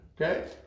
Okay